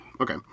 okay